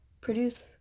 produce